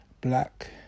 black